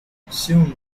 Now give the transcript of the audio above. soon